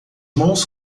mãos